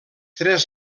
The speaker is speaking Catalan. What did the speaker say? tres